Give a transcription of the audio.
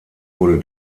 wurde